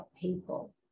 people